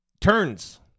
turns